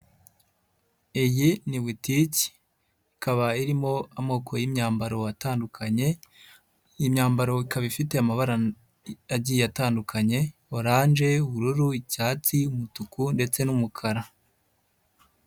Iyi ni butiki ikaba irimo amoko y'imyambaro atandukanye, imyambaro ikaba ifite amabara agiye atandukanye oranje, ubururu, icyatsi, umutuku ndetse n'umukara.